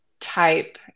type